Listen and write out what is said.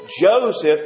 Joseph